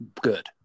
good